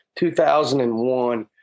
2001